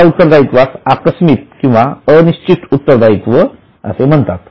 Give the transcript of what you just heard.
अशा उत्तरदायित्वास आकस्मित किंवा अनिश्चित उत्तर दायित्व असे म्हणतात